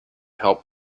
help